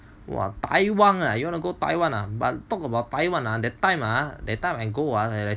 !wah! Taiwan you want to go Taiwan ah but talk about Taiwan ah that time I go ah